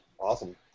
Awesome